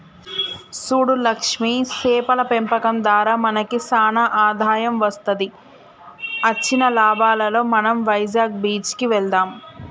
సూడు లక్ష్మి సేపల పెంపకం దారా మనకి సానా ఆదాయం వస్తది అచ్చిన లాభాలలో మనం వైజాగ్ బీచ్ కి వెళ్దాం